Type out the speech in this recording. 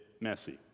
messy